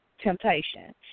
temptation